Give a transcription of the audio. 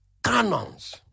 Canons